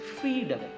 freedom